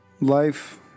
life